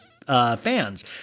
Fans